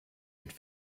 mit